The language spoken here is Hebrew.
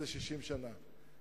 60 שנה.